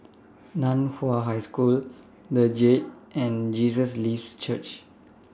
NAN Hua High School The Jade and Jesus Lives Church